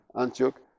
Antioch